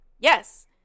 yes